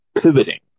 pivoting